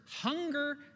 hunger